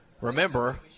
Remember